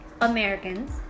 Americans